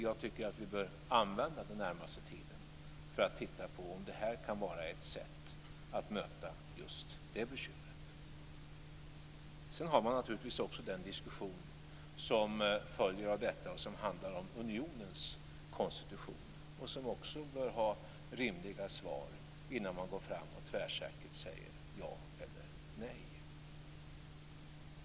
Jag tycker att vi bör använda den närmaste tiden för att titta på om det här kan vara ett sätt att möta just det bekymret. Sedan har man naturligtvis också den diskussion som följer av detta och som handlar om unionens konstitution och som också bör ha rimliga svar innan man går fram och tvärsäkert säger ja eller nej.